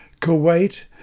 Kuwait